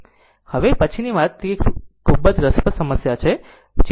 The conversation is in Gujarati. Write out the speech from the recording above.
તેથી હવે પછીની એક તે છે આ એક ખૂબ જ રસપ્રદ સમસ્યા છે